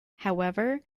however